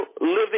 living